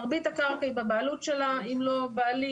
מרבית הקרקע היא בבעלות שלה, אם לא בבעלות,